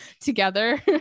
together